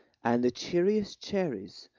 and the cheeriest cherries,